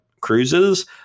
Cruises